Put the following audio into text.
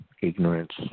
ignorance